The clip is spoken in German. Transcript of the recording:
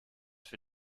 für